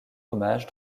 hommage